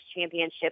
championship